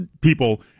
people